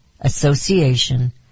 association